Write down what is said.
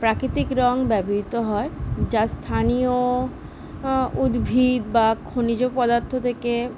প্রাকৃতিক রঙ ব্যবহৃত হয় যা স্থানীয় উদ্ভিদ বা খনিজ পদার্থ থেকে